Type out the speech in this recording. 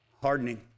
hardening